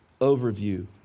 overview